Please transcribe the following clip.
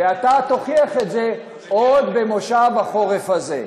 ואתה תוכיח את זה עוד במושב החורף הזה.